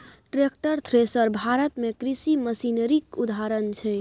tractor, thresher Bharat मे कृषि मशीनरीक उदाहरण छै